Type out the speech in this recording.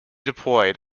deployed